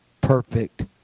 perfect